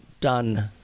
done